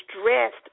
stressed